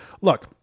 Look